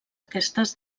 aquestes